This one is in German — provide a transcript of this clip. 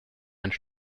einen